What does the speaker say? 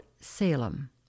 Salem